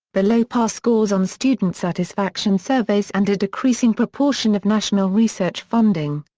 below-par scores on student satisfaction surveys and a decreasing proportion of national research funding.